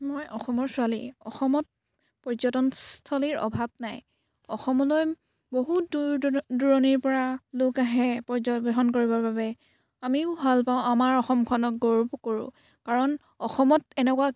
মই অসমৰ ছোৱালী অসমত পৰ্যটনস্থলীৰ অভাৱ নাই অসমলৈ বহুত দূৰ দূৰ দূৰণিৰ পৰা লোক আহে পৰ্যবেক্ষণ কৰিবৰ বাবে আমিও ভাল পাওঁ আমাৰ অসমখনক গৌৰৱ কৰোঁ কাৰণ অসমত এনেকুৱা